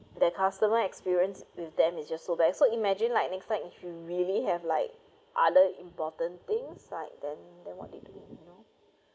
the customer experience with them is just so bad so imagine like next time if you really have like other important things like then then what you do you know